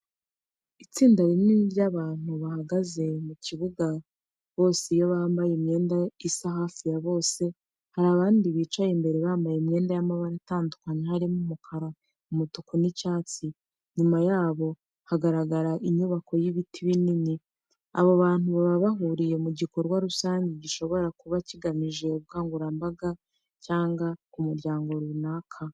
Itsinda rinini ry'abantu bahagaze mu kibuga Bose iyo bambaye imyenda isa hafi ya bose, hari abandi bicaye imbere bambaye imyenda y'amabara atandukanye harimo umukara , umutuku n'icyatsi. Inyuma yabo hagaragara inyubako n'ibiti binini. Abo bantu baba bahuriye mu gikorwa rusange gishobora kuba kigamije ubukangurambaga cyangwa umuryango runaka.